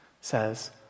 says